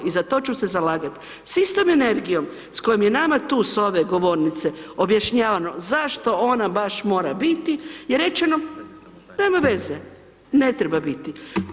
I zato ću se zalagati, sa istom energijom s kojom je nama tu s ove govornice objašnjavano zašto ona baš mora biti je rečeno nema veze, ne treba biti.